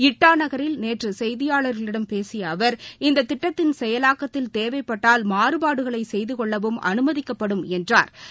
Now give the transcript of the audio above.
இட்டாநகரில் நேற்று செய்தியாளர்களிடம் பேசிய அவர் இந்த திட்டத்தின் செயலாக்கத்தில் தேவைப்பட்டால் மாறுபாடகளை செய்து கொள்ளவும் அனுமதிக்கப்படும் என்றாா்